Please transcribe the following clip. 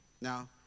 Now